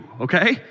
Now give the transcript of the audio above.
okay